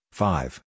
five